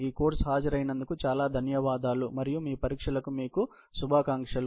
ఈ కోర్సుకు హాజరైనందుకు చాలా ధన్యవాదాలు మరియు మీ పరీక్షలకు మీకు శుభాకాంక్షలు